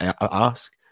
ask